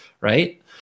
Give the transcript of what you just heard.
right